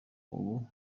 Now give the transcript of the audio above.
ubu